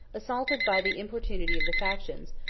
assaulted by the importunity of the factions,